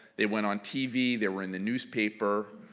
they went on tv, there were in the newspaper.